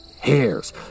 hairs